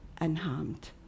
unharmed